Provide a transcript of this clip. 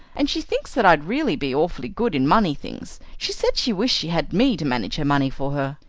and she thinks that i'd really be awfully good in money things. she said she wished she had me to manage her money for her.